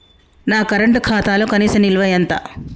నా కరెంట్ ఖాతాలో కనీస నిల్వ ఎంత?